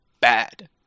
bad